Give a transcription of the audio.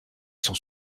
son